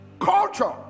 Culture